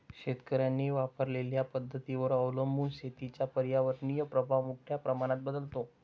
शेतकऱ्यांनी वापरलेल्या पद्धतींवर अवलंबून शेतीचा पर्यावरणीय प्रभाव मोठ्या प्रमाणात बदलतो